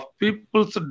people's